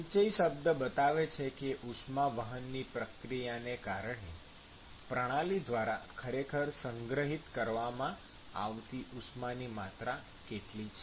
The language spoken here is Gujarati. સંચય શબ્દ બતાવે છે કે ઉષ્મા વહનની પ્રક્રિયાને કારણે પ્રણાલી દ્વારા ખરેખર સંગ્રહિત કરવામાં આવતી ઉષ્માની માત્રા કેટલી છે